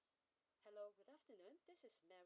hello what's your name this is mary